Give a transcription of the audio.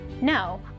No